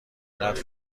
قدر